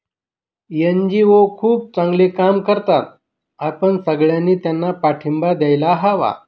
NGO खूप चांगले काम करतात, आपण सगळ्यांनी त्यांना पाठिंबा द्यायला हवा